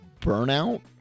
burnout